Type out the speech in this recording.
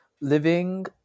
living